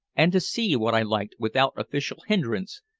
and to see what i liked without official hindrance,